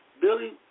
Billy